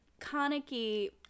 Kaneki